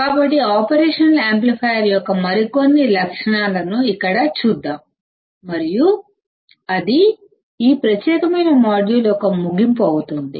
కాబట్టి operation amplifier యొక్క మరికొన్ని లక్షణాలను ఇక్కడ చూద్దాం అది ఈ ప్రత్యేకమైన మాడ్యూల్ యొక్క ముగింపు అవుతుంది